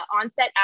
onset